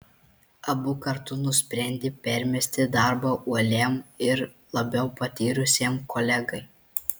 abu kartu nusprendė permesti darbą uoliam ir labiau patyrusiam kolegai